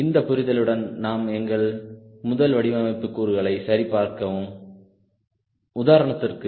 இந்தப் புரிதலுடன் நாம் எங்கள் முதல் வடிவமைப்பு கூறுகளை சரி பார்க்கவும் உதாரணத்திற்கு